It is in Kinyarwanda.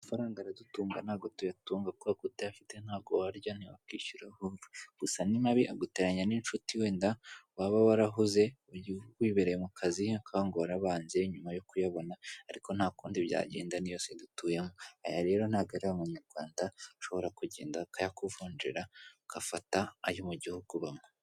Amafaranga aradutunga ntabwo tuyatunga kuko ku utayafite ntago warya, ntiwakwishyura vuba gusa ni mabi aguteranya n'inshuti wenda waba warahoze wibereye mu kazi ngo warabanje nyuma yo kuyabona. Ariko nta kundi byagenda ni yo si dutuyemo. Aya rero ntabwo ari umunyarwanda ushobora kugenda akayakuvunjira agafata ayo mu gihugu ubamo.